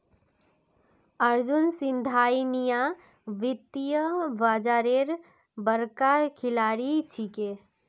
अर्जुन सिंघानिया वित्तीय बाजारेर बड़का खिलाड़ी छिके